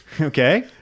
Okay